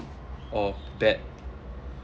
or bad